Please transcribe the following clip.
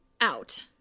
out